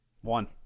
One